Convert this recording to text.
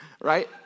Right